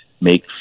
make